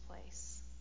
place